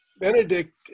Benedict